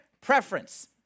preference